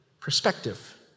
perspective